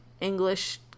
English